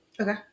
Okay